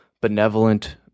benevolent